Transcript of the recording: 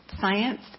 science